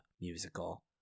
musical